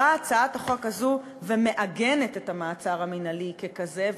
באה הצעת החוק הזו ומעגנת את המעצר המינהלי ככזה,